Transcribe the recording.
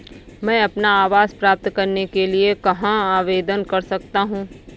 मैं अपना आवास प्राप्त करने के लिए कहाँ आवेदन कर सकता हूँ?